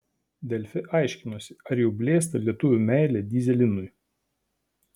delfi aiškinosi ar jau blėsta lietuvių meilė dyzelinui